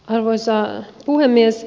arvoisa puhemies